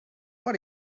what